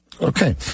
Okay